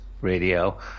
radio